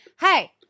Hey